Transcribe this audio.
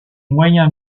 moyens